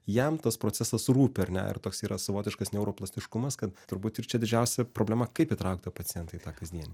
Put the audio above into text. jam tas procesas rūpi ar ne ar toks yra savotiškas neuroplastiškumas kad turbūt ir čia didžiausia problema kaip įtraukt tą pacientą į tą kasdienį